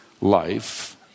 life